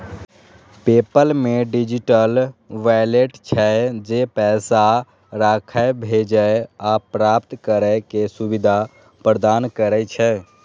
PayPal मे digital wallet छै, जे पैसा राखै, भेजै आ प्राप्त करै के सुविधा प्रदान करै छै